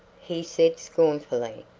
he said scornfully.